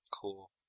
Cool